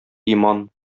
иман